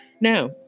Now